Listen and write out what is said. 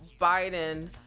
biden